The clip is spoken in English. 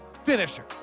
finisher